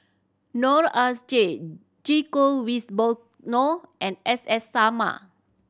Noor S J Djoko Wibisono and S S Sarma